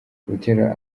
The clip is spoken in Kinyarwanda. butera